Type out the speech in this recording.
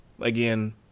Again